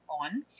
on